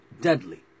deadly